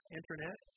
internet